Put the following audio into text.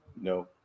No